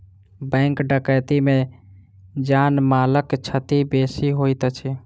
bank डकैती मे जान मालक क्षति बेसी होइत अछि